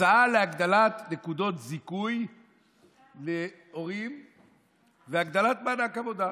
הצעה להגדלת נקודות זיכוי להורים והגדלת מענק עבודה.